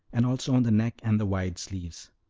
and also on the neck and the wide sleeves.